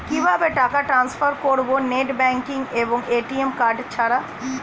কিভাবে টাকা টান্সফার করব নেট ব্যাংকিং এবং এ.টি.এম কার্ড ছাড়া?